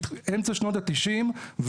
מאמצע שנותה-90',